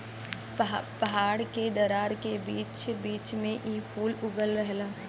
पहाड़ के दरार के बीच बीच में इ फूल उगल रहेला